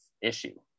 issue